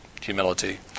Humility